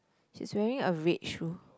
she is wearing a red shoe